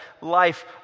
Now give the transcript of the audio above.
life